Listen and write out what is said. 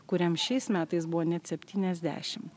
kuriam šiais metais buvo net septyniasdešimt